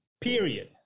period